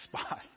spot